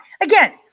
Again